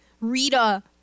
Rita